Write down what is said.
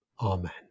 Amen